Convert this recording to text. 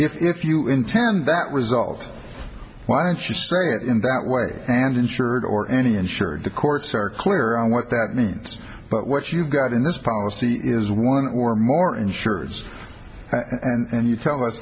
it if you intend that result why don't you say it in that way and insured or any insured the courts are clear on what that means but what you've got in this policy is one or more insurers and you tell us